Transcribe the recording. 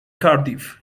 cardiff